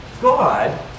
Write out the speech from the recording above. God